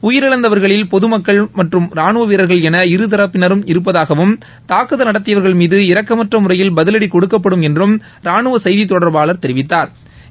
உயிரிழந்தவர்களில் பொது மக்கள் மற்றும் ராணுவ வீரர்கள் என இருதரப்பினரும் இருப்பதாகவும் தாக்குதல் நடத்தியவர்கள் மீது இரக்கமற்ற முறையில் பதிவடி கொடுக்கப்படும் என்றும் ராணுவ செய்தி தொடர்பாளர் தெரிவித்தாா்